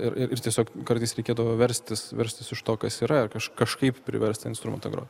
ir ir ir tiesiog kartais reikėdavo verstis verstis iš to kas yra kaž kažkaip priverst tą instrumentą grot